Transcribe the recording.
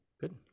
Good